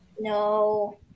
no